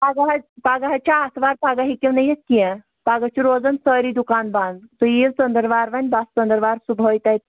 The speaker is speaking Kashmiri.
پَگاہ حظ پَگاہ حظ چھَ آتھوار پَگاہ ہیٚکِو نہٕ یِتھ کینٛہہ پَگاہ چھِ روزان سٲری دُکان بَنٛد تُہۍ یِیِو ژٔندٕروار وۄنۍ بہٕ آسہٕ ژٔندٕروار صُبحٲے تَتہِ